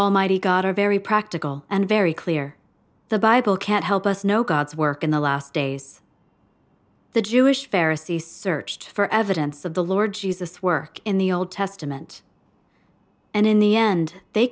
almighty god are very practical and very clear the bible can't help us know god's work in the last days the jewish heresies searched for evidence of the lord jesus work in the old testament and in the end they